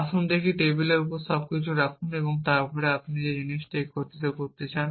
আসুন দেখি টেবিলের উপর সবকিছু রাখুন এবং তারপরে আপনি যে জিনিসটি একত্র করতে চান